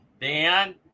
Dan